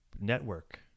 network